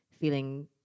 feeling